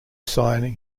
signing